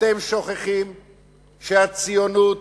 אתם שוכחים שהציונות